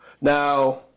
Now